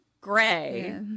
Gray